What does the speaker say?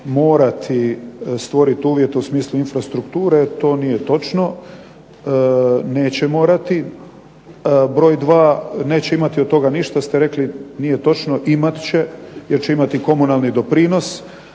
morati stvorit uvjete u smislu infrastrukture. To nije točno, neće morati. Broj 2, neće imati od toga ništa ste rekli. Nije točno, imat će jer će imati komunalni doprinos,